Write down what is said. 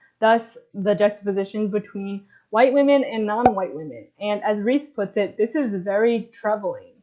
thus the juxtaposition between white women and non-white women. and as reese puts, it this is very troubling.